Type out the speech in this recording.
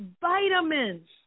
vitamins